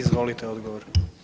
Izvolite odgovor.